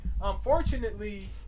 Unfortunately